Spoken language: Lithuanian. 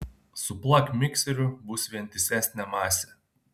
suplak mikseriu bus vientisesnė masė